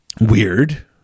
weird